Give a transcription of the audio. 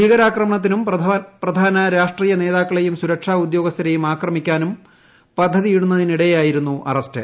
ഭീകരാക്രമണത്തിനും പ്രധാന രാഷ്ട്രീയ നേതാക്കളെയും സുരക്ഷാ ഉദ്യോഗസ്ഥരെയും ആക്രമിക്കാനും പദ്ധതിയിടുന്നതിനിടെയായിരുന്നു അറസ്റ്റ്